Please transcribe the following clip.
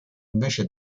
invece